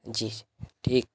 جی ٹھیک